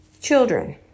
children